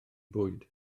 bwyd